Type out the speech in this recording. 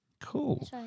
Cool